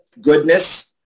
goodness